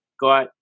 got